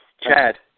Chad